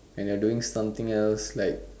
and you're doing something else like